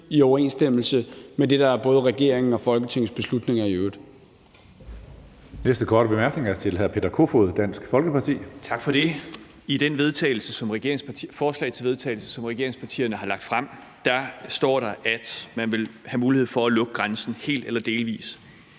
i overensstemmelse med det, der er både regeringens og Folketingets beslutning i øvrigt. Kl. 16:27 Tredje næstformand (Karsten Hønge): Den næste korte bemærkning er til hr. Peter Kofod, Dansk Folkeparti. Kl. 16:27 Peter Kofod (DF): Tak for det. I det forslag til vedtagelse, som regeringspartierne har fremsat, står der, at man vil have mulighed for at lukke grænsen helt eller delvis